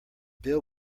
bill